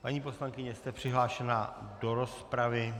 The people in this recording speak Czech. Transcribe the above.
Paní poslankyně, jste přihlášená do rozpravy.